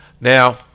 now